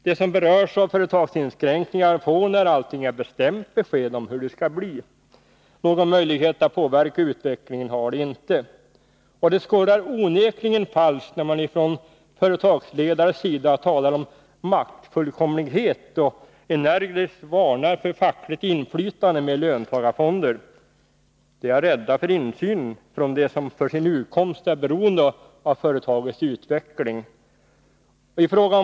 De som berörs av företagsinskränkningar får när allting är bestämt besked om hur det skall bli. Någon möjlighet att påverka utvecklingen har de inte. Det skorrar onekligen falskt när man från företagsledarens sida talar om maktfullkomlighet och energiskt varnar för fackligt inflytande med löntagarfonder. Man är rädd för insyn från dem som för sin utkomst är beroende av företagets utveckling.